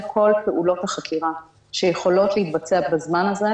כל פעולות החקירה שיכולות להתבצע בזמן הזה,